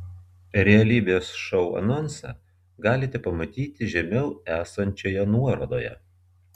realybės šou anonsą galite pamatyti žemiau esančioje nuorodoje